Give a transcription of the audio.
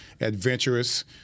adventurous